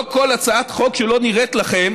לא כל הצעת חוק שלא נראית לכם